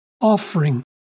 offering